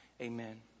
Amen